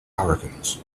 hurricanes